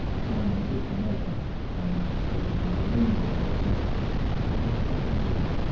simon took the measure and, speaking of the lame girl, said how did it happen to her?